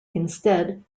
instead